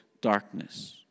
darkness